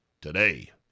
today